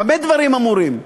במה דברים אמורים?